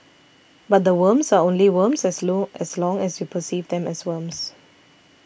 but the worms are only worms as long as long as you perceive them as worms